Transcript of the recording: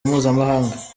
mpuzamahanga